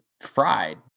fried